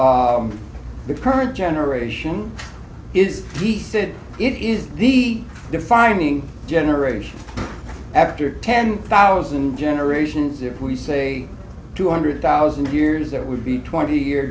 the current generation is it is the defining generation after ten thousand generations if we say two hundred thousand years there would be twenty year